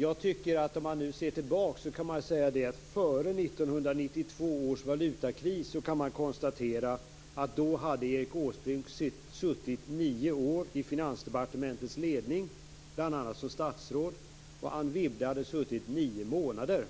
Jag tycker att man, om man nu ser tillbaka, kan konstatera att Erik Åsbrink före 1992 års valutakris hade suttit nio år i Finansdepartementets ledning, bl.a. som statsråd. Anne Wibble hade suttit nio månader.